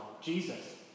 Jesus